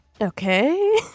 Okay